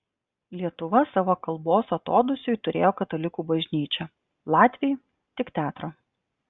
lietuva savo kalbos atodūsiui turėjo katalikų bažnyčią latviai tik teatrą